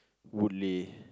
Woodleigh